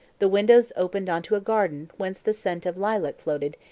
the windows opened on to a garden whence the scent of lilac floated,